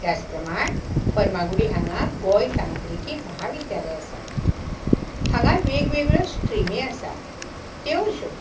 त्याच प्रमाण फर्मागुडी हांगा गोंय तांत्रिकी महाविद्यालय आसा हांगा वेगवेगळ्यो स्ट्रिमी आसा त्यो अश्यो